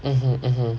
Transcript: mm mm